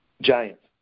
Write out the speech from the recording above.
Giants